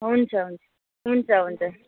हुन्छ हुन्छ हुन्छ हुन्छ